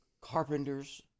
carpenter's